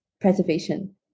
preservation